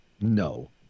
no